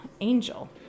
Angel